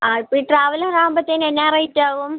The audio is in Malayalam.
ആ ഇപ്പോൾ ഈ ട്രാവലർ ആവുമ്പോഴ്ത്തേനും എന്നാണ് റേറ്റാവും